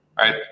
right